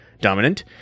dominant